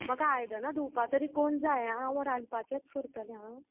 म्हाका आयदनां धुवपा तरी कोण जाय आं वो रांदपाचेंच करतलें आं